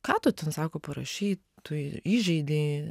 ką tu ten sako parašei tu įžeidei